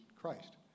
Christ